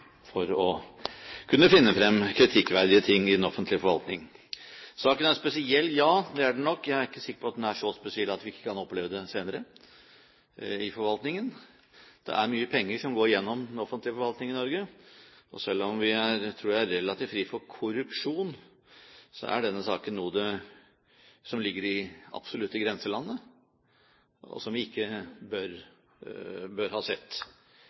for å finne kritikkverdige ting i den offentlige forvaltning. Saken er spesiell – ja, det er den nok. Jeg er ikke sikker på at den er så spesiell at vi ikke kan oppleve det senere i forvaltningen. Det er mye penger som går gjennom den offentlige forvaltningen i Norge. Selv om jeg tror vi er relativt fri for korrupsjon, er denne saken noe av det som absolutt ligger i grenselandet, og som ikke burde ha